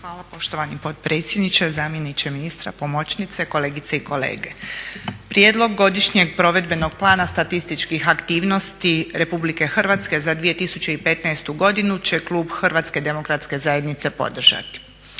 Hvala poštovani potpredsjedniče. Zamjeniče ministra, pomoćnice, kolegice i kolege. Prijedlog godišnjeg provedbenog plana statističkih aktivnosti Republike Hrvatske za 2015. godinu će klub HDZ-a podržati. Najprije moramo